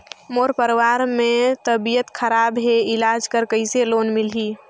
मोर परवार मे तबियत खराब हे इलाज बर कइसे लोन मिलही?